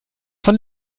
von